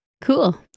Cool